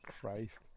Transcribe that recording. Christ